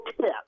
tip